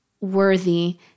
worthy